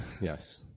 Yes